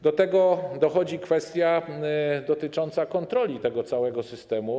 Do tego dochodzi kwestia dotycząca kontroli tego całego systemu.